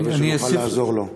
אני מקווה שנוכל לעזור לו.